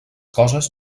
coses